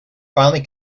finally